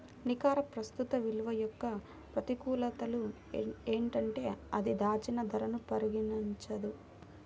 నికర ప్రస్తుత విలువ యొక్క ప్రతికూలతలు ఏంటంటే అది దాచిన ధరను పరిగణించదు